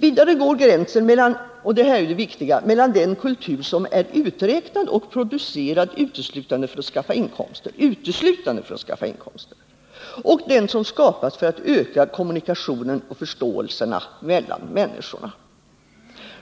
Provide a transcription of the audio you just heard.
Vidare går gränsen — och detta är det viktiga — mellan den kultur som är uträknad och producerad uteslutande för att skaffa inkomster och den kultur som skapas för att öka kommunikationen och förståelsen mellan människorna.